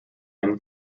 him